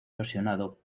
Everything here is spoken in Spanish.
erosionado